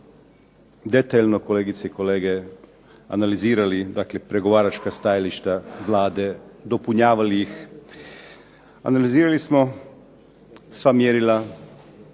detaljno kolegice i kolege analizirali, dakle pregovaračka stajališta Vlade, dopunjavali ih, analizirali smo sva mjerila,